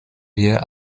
wir